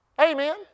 Amen